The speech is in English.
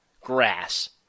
grass